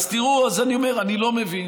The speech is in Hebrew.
אז תראו, אני אומר, אני לא מבין.